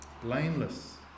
blameless